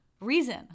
reason